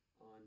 on